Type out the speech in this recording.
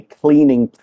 cleaning